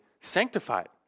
sanctified